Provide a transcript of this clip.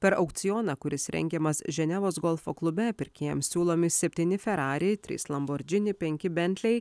per aukcioną kuris rengiamas ženevos golfo klube pirkėjams siūlomi septyni ferrari trys lamborghini penki bentliai